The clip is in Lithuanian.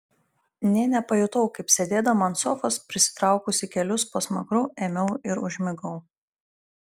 nė nepajutau kaip sėdėdama ant sofos prisitraukusi kelius po smakru ėmiau ir užmigau